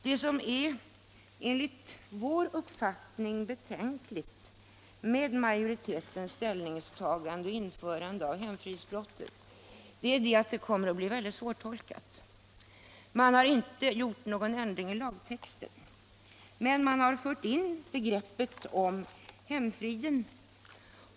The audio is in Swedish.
Det som enligt vår uppfattning är betänkligt med majoritetens ställningstagande — jag tänker då på införandet av hemfridsbrottet i sammanhanget — är att det kommer att bli mycket svårtolkat. Man har inte föreslagit någon ändring i lagtexten, men man vill ändå föra in begreppet hemfrid.